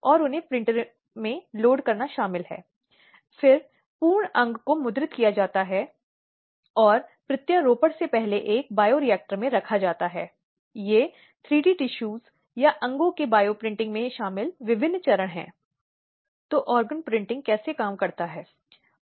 इसलिए घरेलू हिंसा शब्द को 2005 के कानून के तहत एक व्यापक परिभाषा दी गई है जिसमें यहाँ हिंसा के सभी रूपों को शामिल किया गया है जिसमें हमने शारीरिक हिंसा भावनात्मक हिंसा यौन हिंसा आदि की बात की थी